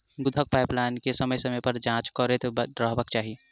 दूधक पाइपलाइन के समय समय पर जाँच करैत रहबाक चाही